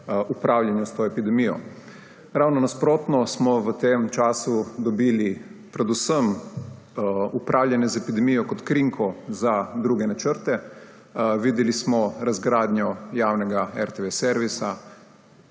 upravljanju s to epidemijo. Ravno nasprotno smo v tem času dobili predvsem upravljanje z epidemijo kot krinko za druge načrte. Videli smo razgradnjo javnega servisa